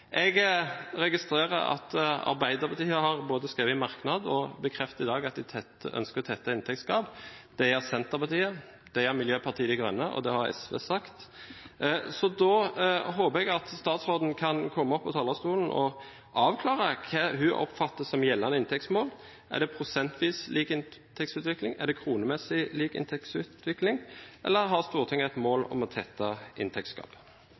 Jeg registrerer at Arbeiderpartiet både har skrevet i en merknad og bekrefter i dag at de ønsker å tette inntektsgap. Det gjør Senterpartiet, det gjør Miljøpartiet De Grønne, og det har SV også sagt. Da håper jeg statsråden kan komme opp på talerstolen og avklare hva hun oppfatter som gjeldende inntektsmål – er det prosentvis lik inntektsutvikling, er det kronemessig lik inntektsutvikling, eller har Stortinget et mål om å tette